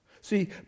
See